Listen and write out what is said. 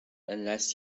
unless